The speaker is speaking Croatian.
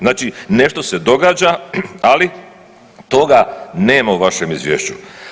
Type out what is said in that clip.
Znači, nešto se događa, ali toga nema u vašem Izvješću.